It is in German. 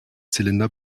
zylinder